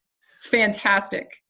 fantastic